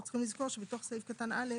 אנחנו צריכים לזכור שבתוך סעיף קטן (א)